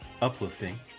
uplifting